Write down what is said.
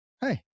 hey